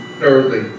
thirdly